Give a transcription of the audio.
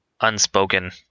unspoken